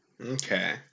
Okay